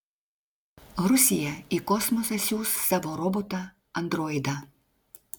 rusija į kosmosą siųs savo robotą androidą